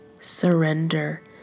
Surrender